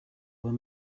were